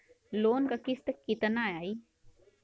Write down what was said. Loan क किस्त कितना आई?